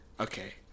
Okay